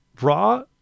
Raw